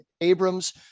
Abrams